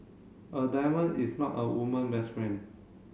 a diamond is not a woman best friend